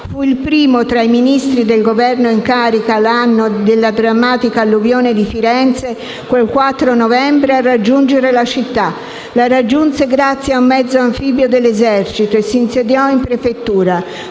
Fu il primo, tra i Ministri del Governo in carica nell'anno della drammatica alluvione di Firenze, quel 4 novembre, a raggiungere la città. La raggiunse grazie a un mezzo anfibio dell'Esercito e si insediò in prefettura.